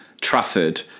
Trafford